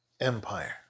Empire